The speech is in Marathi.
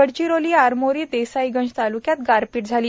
गडचिरोली आरमोरी देसाईगंज ताल्क्यात गारपीट झाली